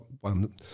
one